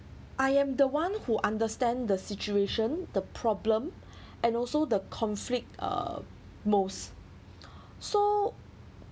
I am the one who understand the situation the problem and also the conflict uh most so